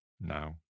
now